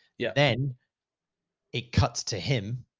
yeah then it cuts to him.